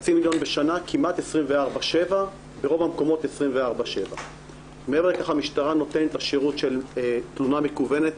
חצי מיליון בשנה כמעט 24/7. ברוב המקומות 24/7. מעבר לכך המשטרה נותנת את השירות של תלונה מקוונת.